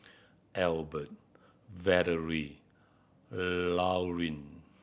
Albert Valerie Laurine